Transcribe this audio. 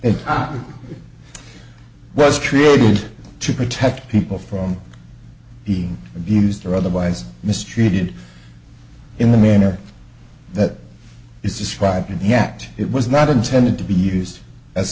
it was created to protect people from being abused or otherwise mistreated in the manner that is described in the act it was not intended to be used as a